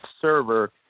server